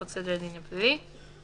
חוק סדר הדין הפלילי);